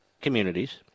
communities